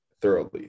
thoroughly